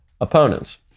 opponents